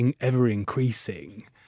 ever-increasing